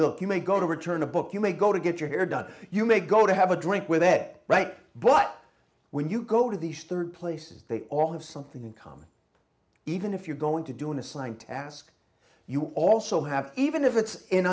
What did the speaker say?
milk you may go to return a book you may go to get your hair done you may go to have a drink with ed right but when you go to these rd places they all have something in common even if you're going to do an assigned task you also have even if it's